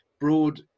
Broad